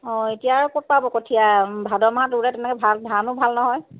অঁ এতিয়া আৰু ক'ত পাব কঠীয়া ভাদ মাহত ৰুলে তেনেকৈ ধানো ভাল নহয়